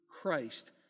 Christ